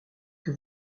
que